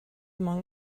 among